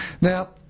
now